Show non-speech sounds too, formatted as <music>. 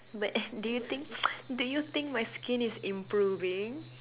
but <noise> do you think <noise> do you think my skin is improving